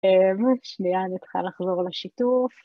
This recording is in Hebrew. שנייה, אני צריכה לחזור לשיתוף.